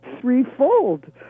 threefold